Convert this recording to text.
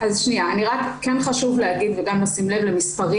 אז כן חשוב להגיד וגם לשים לב למספרים